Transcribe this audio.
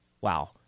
Wow